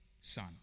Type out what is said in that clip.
son